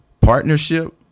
partnership